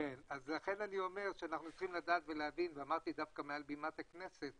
לכן אני אומר ואמרתי גם מעל בימת הכנסת